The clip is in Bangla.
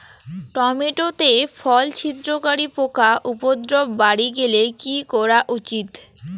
টমেটো তে ফল ছিদ্রকারী পোকা উপদ্রব বাড়ি গেলে কি করা উচিৎ?